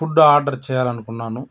food order చేయాలనుకున్నాను